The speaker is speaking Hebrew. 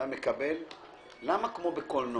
כמו בקולנוע,